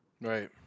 Right